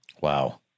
Wow